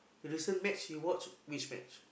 recent match you watch which match